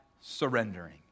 surrendering